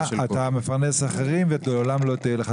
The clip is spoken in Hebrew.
את המשכנתא הזאת אנשים יחזירו לפי מה שמאפשר גם בנק ישראל,